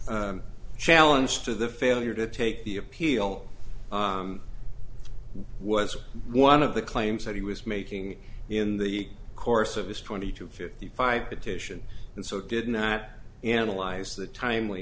real challenge to the failure to take the appeal was one of the claims that he was making in the course of his twenty two fifty five petition and so it did not analyze the timel